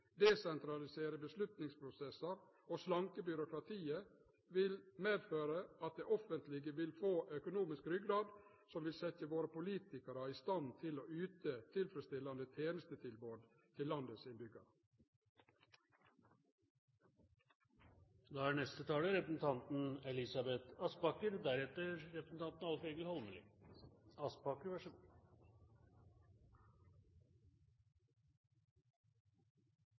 desentralisere beslutningsprosessar og slanke byråkratiet vil det offentlege få økonomisk ryggrad som vil setje våre politikarar i stand til å yte tilfredsstillande tenestetilbod til landets